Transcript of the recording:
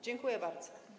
Dziękuję bardzo.